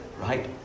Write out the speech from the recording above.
right